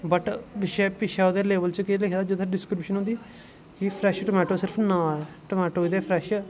but पिच्छें ओह्दे केह् लिखे दे जित्थै डिस्क्रिपशन होंदी कि फ्रैश टमाटो सिर्फ नांऽ ऐ टमाटो च ते फ्रैश